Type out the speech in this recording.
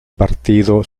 partido